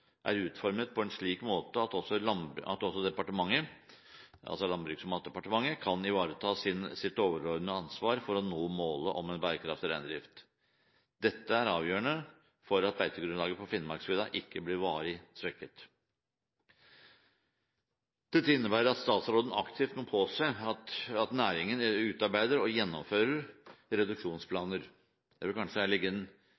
er utformet på en slik måte at også departementet – Landbruks- og matdepartementet – kan ivareta sitt overordnede ansvar for å nå målet om en bærekraftig reindrift. Dette er avgjørende for at beitegrunnlaget på Finnmarksvidda ikke blir varig svekket. Dette innebærer at statsråden aktivt må påse at næringen utarbeider og gjennomfører